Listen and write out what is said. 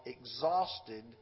exhausted